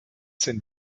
sind